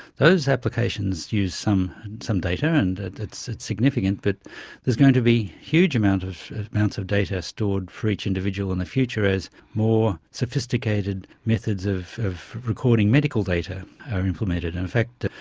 those applications use some some data and it's significant, but there's going to be huge amounts of amounts of data stored for each individual in the future as more sophisticated methods of of recording medical data are implemented. in fact,